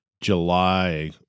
July